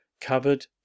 covered